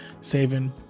saving